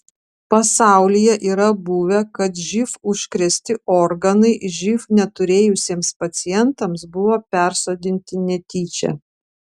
pasaulyje yra buvę kad živ užkrėsti organai živ neturėjusiems pacientams buvo persodinti netyčia